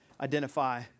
identify